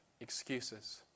excuses